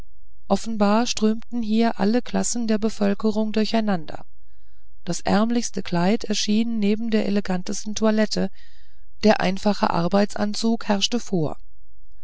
offenbar strömten hier alle klassen der bevölkerung durcheinander das ärmlichste kleid erschien neben der elegantesten toilette der einfache arbeitsanzug herrschte vor